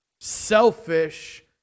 selfish